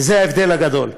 וזה ההבדל הגדול.